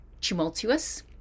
tumultuous